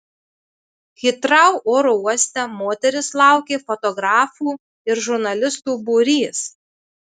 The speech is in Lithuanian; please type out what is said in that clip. hitrou oro uoste moteris laukė fotografų ir žurnalistų būrys